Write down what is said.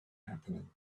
happening